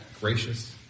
gracious